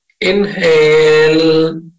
inhale